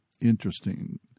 Interesting